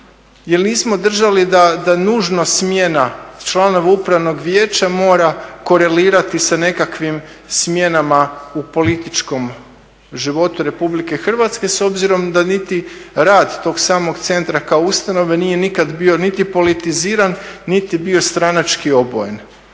jel nismo držali da nužno smjena članova upravnog vijeća mora korelirati sa nekakvim smjenama u političkom životu RH s obzirom da niti rad tog samog centra kao ustanove nije nikad bio niti politiziran, niti je bio stranački obojen.